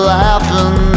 laughing